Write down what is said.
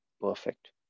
perfect